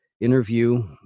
interview